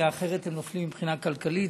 אחרת הם נופלים מבחינה כלכלית.